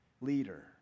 leader